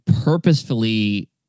purposefully